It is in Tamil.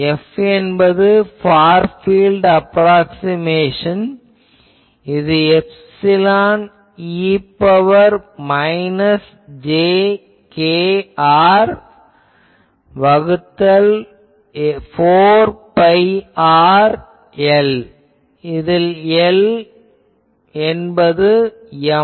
F என்பது ஃபார் பீல்ட் அப்ராக்ஸிமேஷன் இது எப்சிலான் e ன் பவர் மைனஸ் j kr வகுத்தல் 4 pi r L இதில் L என்பது Ms